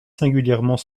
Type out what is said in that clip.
singulièrement